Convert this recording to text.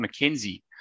McKenzie